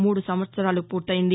మూడు సంవత్సరాలు పూర్తయ్యింది